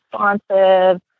responsive